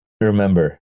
remember